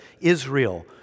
Israel